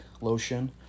lotion